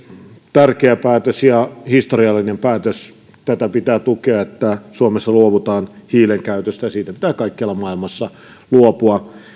tärkeä päätös ja historiallinen päätös tätä pitää tukea että suomessa luovutaan hiilen käytöstä siitä pitää kaikkialla maailmassa luopua